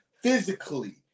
physically